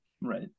Right